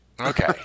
okay